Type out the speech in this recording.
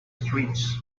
streets